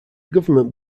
government